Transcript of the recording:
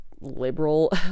liberal